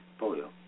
polio